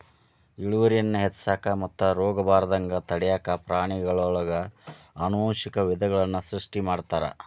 ಇಳುವರಿಯನ್ನ ಹೆಚ್ಚಿಸಾಕ ಮತ್ತು ರೋಗಬಾರದಂಗ ತಡ್ಯಾಕ ಪ್ರಾಣಿಗಳೊಳಗ ಆನುವಂಶಿಕ ವಿಧಗಳನ್ನ ಸೃಷ್ಟಿ ಮಾಡ್ತಾರ